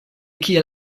kiel